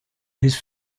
his